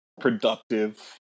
productive